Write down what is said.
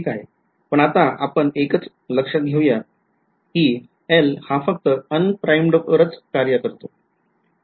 पण आता आपण एकच लक्षात घेऊ कि L हा फक्त unprimed वरच कार्य करतो